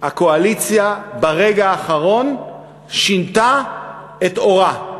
הקואליציה ברגע האחרון שינתה את עורה.